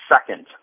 Second